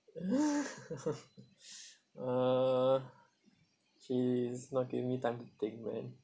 uh he's not giving me time to think man